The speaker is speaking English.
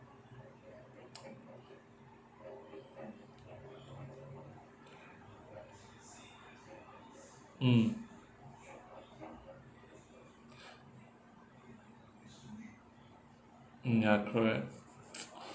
mm mm ya correct